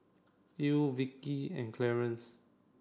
Ell Vickey and Clarence